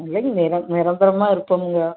இல்லைங்க நிர நிரந்தரமாக இருப்போமுங்க